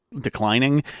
declining